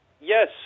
Yes